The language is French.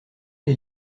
les